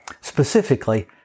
Specifically